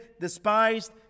despised